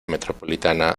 metropolitana